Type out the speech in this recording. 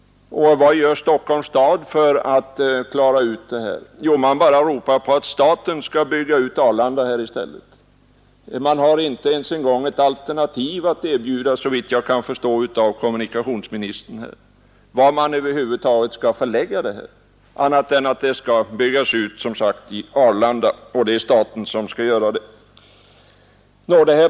Vad gör Stockholms stad för att klara denna sak? Jo, man bara ropar på att staten skall bygga ut Arlanda. Man har inte ens en alternativ plats att erbjuda, såvitt jag kan förstå av kommunikationsministerns anförande. Man säger bara att Arlanda skall byggas ut och att det är staten som skall göra detta.